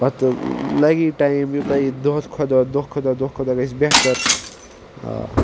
پَتہٕ لَگی ٹایم یوٚتانۍ یہِ دۄہَس کھۄتہٕ دۄہ دۄہ کھۄتہٕ دۄہ دۄہ کھۄتہٕ دۄہ گژھِ بہتر آ